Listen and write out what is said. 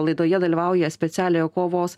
laidoje dalyvauja specialiojo kovos